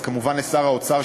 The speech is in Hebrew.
אז כמובן לשר האוצר,